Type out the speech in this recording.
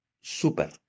super